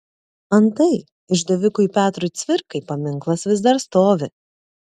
antai išdavikui petrui cvirkai paminklas vis dar stovi